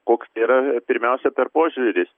koks tai yra pirmiausia per požiūris